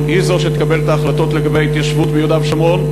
היא תהיה זו שתקבל את ההחלטות לגבי ההתיישבות ביהודה ושומרון,